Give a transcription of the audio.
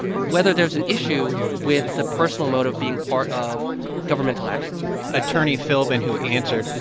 whether there's an issue with the personal motive being part of governmental action attorney philbin, who answered,